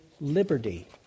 liberty